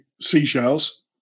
seashells